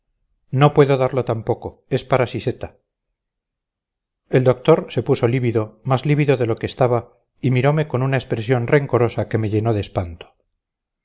no puedo darlo tampoco es para siseta el doctor se puso lívido más lívido de lo que estaba y mirome con una expresión rencorosa que me llenó de espanto